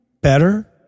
better